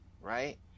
right